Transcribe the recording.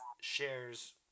shares –